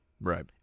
Right